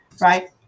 Right